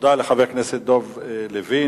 תודה לחבר הכנסת דב חנין.